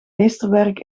meesterwerk